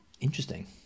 Interesting